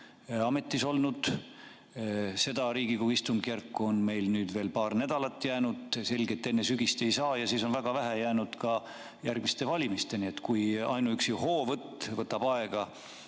ametis olnud. Seda Riigikogu istungjärku on meil nüüd veel paar nädalat jäänud, on selge, et enne sügist midagi ei saa ja siis on väga vähe jäänud ka järgmiste valimisteni. Kui ainuüksi hoovõtt võtab aega